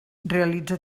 realitza